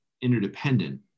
interdependent